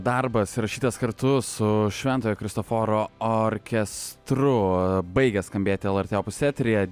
darbas rašytas kartu su šventojo kristoforo orkestru baigia skambėti lrt opus eteryje